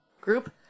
group